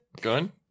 gun